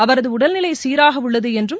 அவரது உடல்நிலை சீராக உள்ளது என்றும்